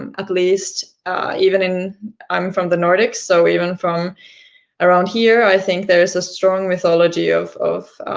um at least even in i'm from the nordic, so even from around here, i think there is a strong mythology of of